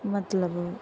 ਮਤਲਬ